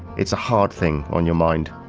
it's a hard thing on your mind.